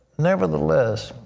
nevertheless,